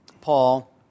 Paul